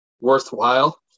worthwhile